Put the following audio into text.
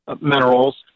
minerals